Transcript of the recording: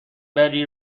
بری